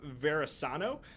Verasano